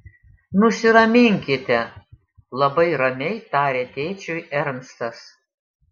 nusiraminkite labai ramiai tarė tėčiui ernstas